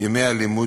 ימי הלימוד,